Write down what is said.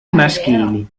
maschili